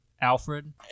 Alfred